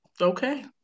okay